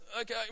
Okay